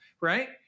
right